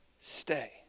Stay